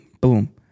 Boom